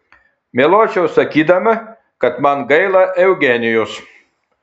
meluočiau sakydama kad man gaila eugenijos